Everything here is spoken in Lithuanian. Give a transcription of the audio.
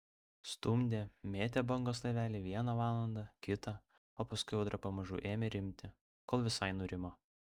stumdė mėtė bangos laivelį vieną valandą kitą o paskui audra pamažu ėmė rimti kol visai nurimo